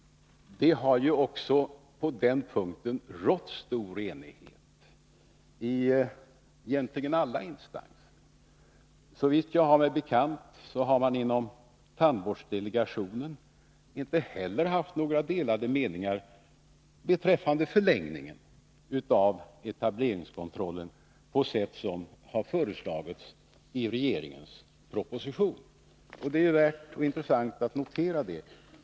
På den punkten har det också rått stor enighet, egentligen i alla instanser. Såvitt jag har mig bekant har man inte heller inom tandvårdsdelegationen haft några delade meningar beträffande förlängningen av etableringskontrollen på sätt som har föreslagits i regeringens proposition. Det är värt och intressant att notera det.